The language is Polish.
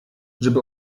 żeby